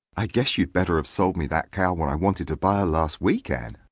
i guess you'd better have sold me that cow when i wanted to buy her last week, anne,